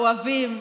האוהבים,